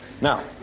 Now